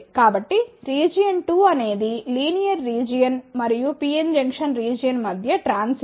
కాబట్టి రీజియన్ 2 అనేది linear region మరియు PN జంక్షన్ రీజియన్ మధ్య ట్రాన్షిషన్